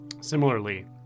Similarly